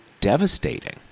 devastating